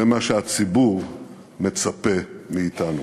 זה מה שהציבור מצפה מאתנו.